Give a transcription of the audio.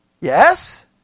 Yes